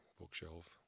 bookshelf